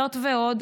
זאת ועוד,